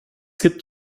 gibt